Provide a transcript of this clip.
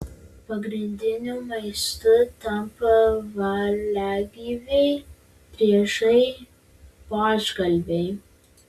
pagrindiniu maistu tampa varliagyviai driežai buožgalviai